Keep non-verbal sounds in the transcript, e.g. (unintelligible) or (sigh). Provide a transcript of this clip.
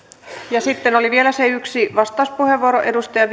sitten oli vielä se yksi vastauspuheenvuoro edustaja (unintelligible)